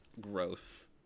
gross